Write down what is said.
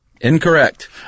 Incorrect